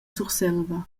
surselva